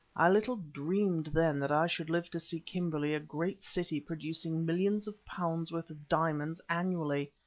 i little dreamed then that i should live to see kimberley a great city producing millions of pounds worth of diamonds annually,